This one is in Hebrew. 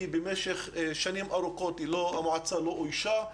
שבמשך שנים ארוכות לא אוישה.